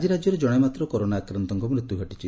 ଆକି ରାଜ୍ୟରେ ଜଶେ ମାତ୍ର କରୋନା ଆକ୍ରାନ୍ତଙ୍କ ମୃତ୍ଧ୍ ଘଟିଛି